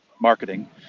marketing